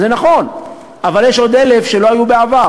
זה נכון, אבל יש עוד 1,000 שלא היו בעבר.